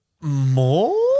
More